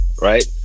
right